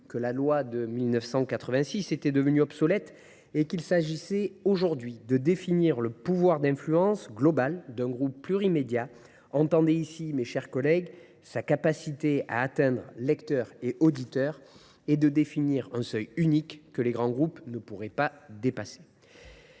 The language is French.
que la loi de 1986 était devenue obsolète et qu’il fallait désormais définir le « pouvoir d’influence » global d’un groupe plurimédias – entendez par là, chers collègues, sa capacité à atteindre les lecteurs ou les auditeurs –, ainsi qu’un seuil unique que les grands groupes ne pourront pas dépasser.